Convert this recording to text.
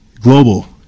global